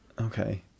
Okay